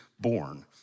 born